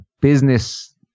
business